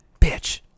Bitch